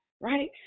right